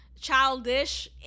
childish